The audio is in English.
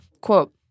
Quote